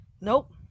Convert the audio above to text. Nope